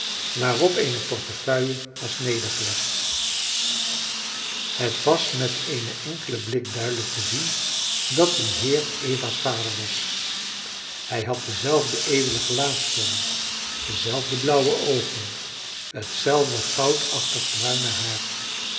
waarop eene portefeuille was nedergelegd het was met een enkelen blik duidelijk te zien dat die heer eva's vader was hij had denzelfden edelen gelaatsvorm dezelfde blauwe oogen hetzelfde goudachtig bruine haar